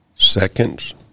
Seconds